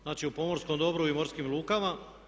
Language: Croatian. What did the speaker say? Znači, o pomorskom dobru i morskim lukama.